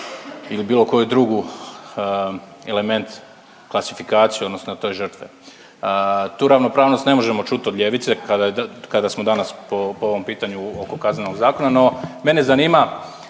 ili bilo koju drugu element, klasifikaciju odnosno te žrtve. Tu ravnopravnost ne možemo čut od ljevice kada smo danas po, po ovom pitanju oko Kaznenog zakona, no mene zanima